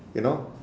you know